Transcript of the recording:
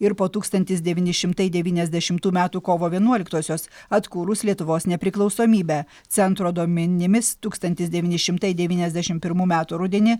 ir po tūkstantis devyni šimtai devyniasdešimtų metų kovo vienuoliktosios atkūrus lietuvos nepriklausomybę centro duomenimis tūkstantis devyni šimtai devyniasdešimt pirmų metų rudenį